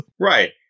Right